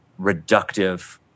reductive